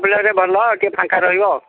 ବୋଲେରୋରେ ଭଲ ଟିକେ ଫାଙ୍କା ରହିବ